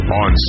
on